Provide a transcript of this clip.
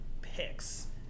picks –